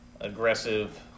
aggressive